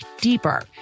deeper